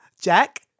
Jack